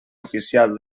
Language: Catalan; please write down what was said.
oficial